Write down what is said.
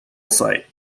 site